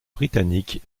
britanniques